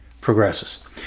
progresses